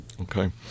Okay